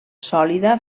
sòlida